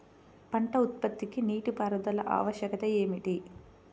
పంట ఉత్పత్తికి నీటిపారుదల ఆవశ్యకత ఏమిటీ?